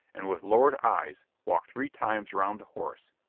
and with lowered eyes walked three times round the horse,